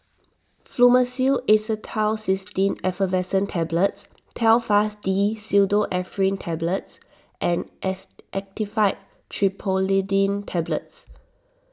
Fluimucil Acetylcysteine Effervescent Tablets Telfast D Pseudoephrine Tablets and S Actifed Triprolidine Tablets